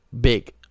big